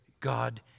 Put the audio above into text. God